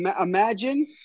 imagine